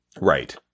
Right